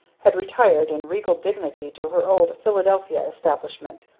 had retired in regal dignity to her old philadelphia establishment,